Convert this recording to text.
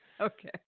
Okay